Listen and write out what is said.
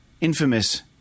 infamous